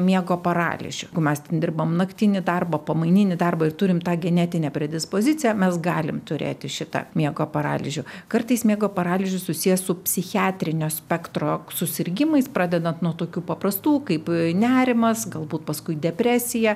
miego paralyžių jeigu mes ten dirbam naktinį darbą pamaininį darbą ir turim tą genetinę predispoziciją mes galim turėti šitą miego paralyžių kartais miego paralyžius susijęs su psichiatrinio spektro susirgimais pradedant nuo tokių paprastų kaip nerimas galbūt paskui depresija